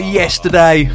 yesterday